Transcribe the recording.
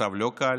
והמצב לא קל.